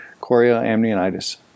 chorioamnionitis